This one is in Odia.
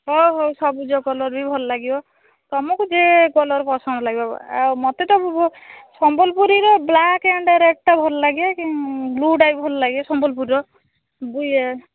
ତ ସବୁଜ କଲର୍ ବି ଭଲ ଲାଗିବ ତମକୁ ଯେ କଲର୍ ପସନ୍ଦ ଲାଗିବ ଆଉ ମୋତେ ତ ସମ୍ବଲପୁରୀର ବ୍ଲାକ୍ ଏଣ୍ଡ୍ ରେଡ଼୍ ଟା ଭଲଲାଗେ ବ୍ଲୂ ଟା ବି ଭଲଲାଗେ ସମ୍ବଲପୁରୀର ବି ଏ